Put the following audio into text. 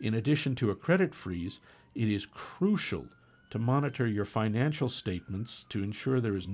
in addition to a credit freeze it is crucial to monitor your financial statements to ensure there is